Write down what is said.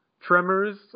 Tremors